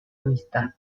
amistad